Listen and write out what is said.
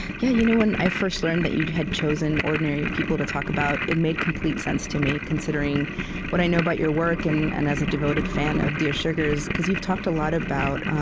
yeah you know when i first learned that you had chosen ordinary people to talk about, it made complete sense to me, considering what i know about your work and and as a devoted fan of dear sugars, because you've talked a lot about